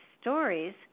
stories